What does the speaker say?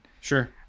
sure